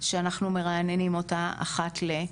שאנחנו מרעננים אותה אחת ל-,